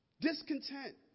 Discontent